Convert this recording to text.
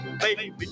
baby